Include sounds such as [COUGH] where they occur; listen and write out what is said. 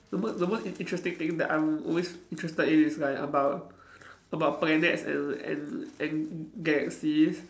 the most the most in~ interesting thing that I'm always interested in is like about [NOISE] about planets and and and galaxies